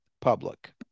public